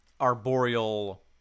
arboreal